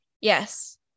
Yes